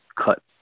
cut